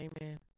Amen